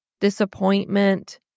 disappointment